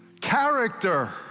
Character